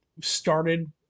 started